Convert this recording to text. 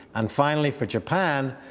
and finally for japan,